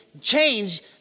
change